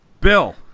bill